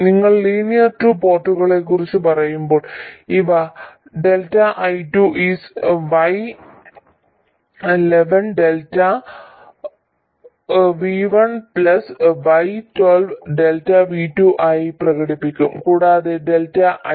നിങ്ങൾ linear two പോർട്ടുകളെക്കുറിച്ച് പറയുമ്പോൾ ഇവ ΔI2 is y11 Δ V1 y12 ΔV2 ആയി പ്രകടിപ്പിക്കും കൂടാതെ ΔI2